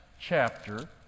chapter